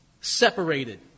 separated